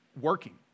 working